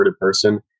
person